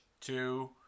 two